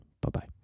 Bye-bye